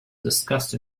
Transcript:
discussed